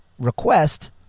Request